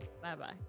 Bye-bye